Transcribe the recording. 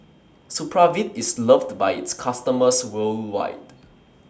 Supravit IS loved By its customers worldwide